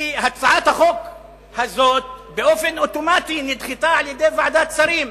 כי הצעת החוק הזאת באופן אוטומטי נדחתה על-ידי ועדת השרים,